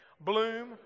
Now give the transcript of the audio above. Bloom